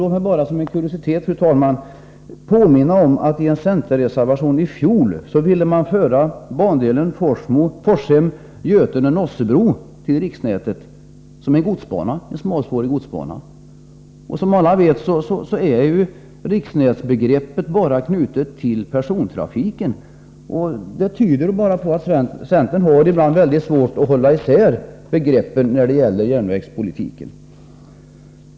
Låt mig, fru talman, som en kuriositet påminna om att centern i en reservation i fjol ville föra bandelen Forshem-Götene Nossebro, som är en smalspårig godsbana, till riksnätet. Som alla vet är riksnätsbegreppet knutet till persontrafiken, och detta tyder alltså på att centern ibland har svårt att hålla isär begreppen när det gäller järnvägspolitiken.